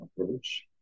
approach